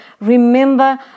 Remember